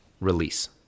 release